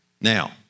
Now